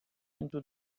into